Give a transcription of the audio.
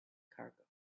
cargo